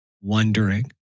wondering